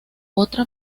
otra